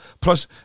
plus